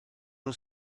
nhw